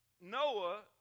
Noah